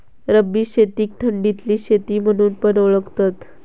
रब्बी शेतीक थंडीतली शेती म्हणून पण ओळखतत